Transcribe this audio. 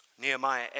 Nehemiah